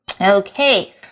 Okay